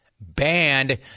Banned